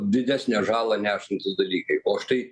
didesnę žalą nešantys dalykai o štai